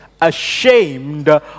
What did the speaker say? ashamed